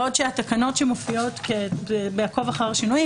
בעוד שהתקנות שמופיעות בעקוב אחר שינויים